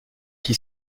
qui